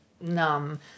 numb